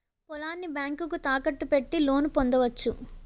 పొలాన్ని బ్యాంకుకు తాకట్టు పెట్టి లోను పొందవచ్చు